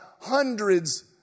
hundreds